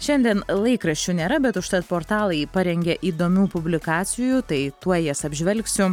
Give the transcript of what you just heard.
šiandien laikraščių nėra bet užtat portalai parengė įdomių publikacijų tai tuoj jas apžvelgsiu